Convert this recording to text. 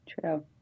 True